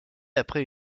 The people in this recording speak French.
après